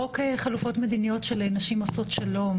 חוק חלופות מדיניות של נשים עושות שלום,